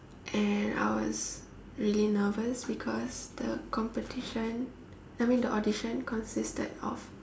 and I was really nervous because the competition I mean the audition consisted of